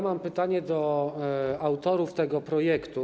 Mam pytanie do autorów tego projektu.